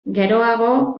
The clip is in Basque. geroago